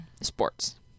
Sports